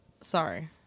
sorry